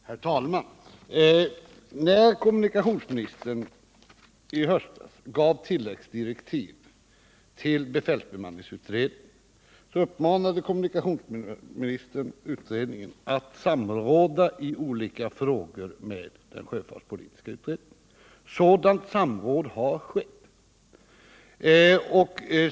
Herr talman! När kommunikationsministern i höstas gav tilläggsdirektiv till befälsbemanningsutredningen uppmanade kommunikationsministern utredningen att samråda i olika frågor med sjöfartspolitiska utredningen. Sådant samråd har skett.